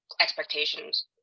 expectations